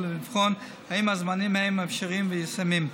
ולבחון אם הזמנים הם אפשריים וישימים.